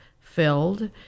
filled